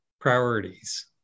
priorities